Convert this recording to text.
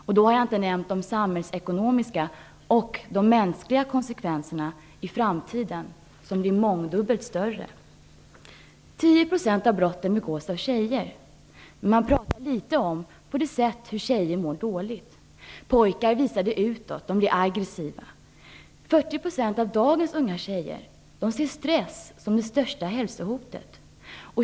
Jag har då inte räknat med de samhällsekonomiska och mänskliga konsekvenserna i framtiden, som blir mångdubbelt större. 10 % av brotten begås av tjejer. Man pratar ganska litet om det sätt på vilket tjejer mår dåligt. Pojkar blir aggressiva utåt. Av dagens unga tjejer ser 40 % stress som det största hälsohotet.